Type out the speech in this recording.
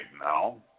now